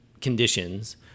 conditions